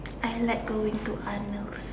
I like going to Arnold's